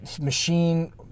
machine